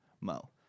mo